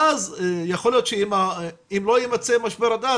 ואז יכול להיות שאם לא יימצא משהו עד אז,